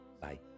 Bye